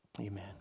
Amen